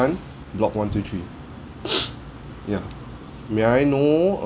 block one two three ya may I know um